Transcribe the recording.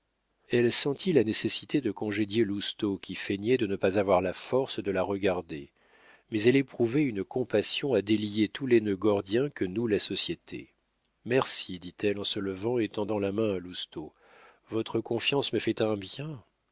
elle sentit la nécessité de congédier lousteau qui feignait de ne pas avoir la force de la regarder mais elle éprouvait une compassion à délier tous les nœuds gordiens que noue la société merci dit-elle en se levant et tendant la main à lousteau votre confiance me fait un bien